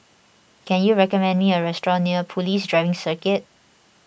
can you recommend me a restaurant near Police Driving Circuit